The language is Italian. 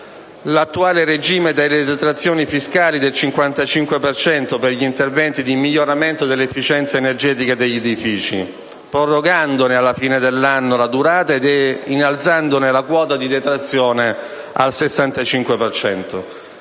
l'attuale regime delle detrazioni fiscali del 55 per cento per gli interventi di miglioramento dell'efficienza energetica degli edifici, prorogandone alla fine dell'anno la durata ed innalzando la quota di detrazione al 65